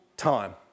time